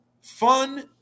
fun